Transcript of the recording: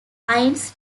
innes